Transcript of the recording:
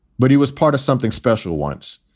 but he was part of something special once.